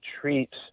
treats